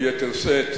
וביתר שאת,